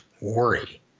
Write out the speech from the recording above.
worry